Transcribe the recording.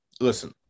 Listen